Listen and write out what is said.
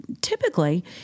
typically